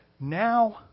now